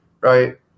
right